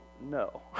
no